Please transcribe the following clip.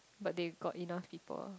but they got enough people ah